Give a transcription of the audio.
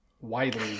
widely